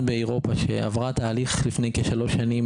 באירופה שעברה בשנים האחרונות תהליך דיגיטלי מואץ לפני כשלוש שנים,